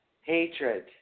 hatred